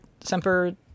semper